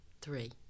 three